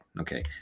Okay